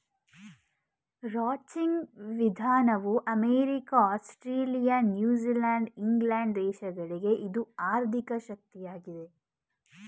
ranching ವಿಧಾನವು America, Australia, New Zealand England ದೇಶಗಳಲ್ಲಿ ಇದು ಆರ್ಥಿಕ ಶಕ್ತಿಯಾಗಿದೆ